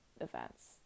events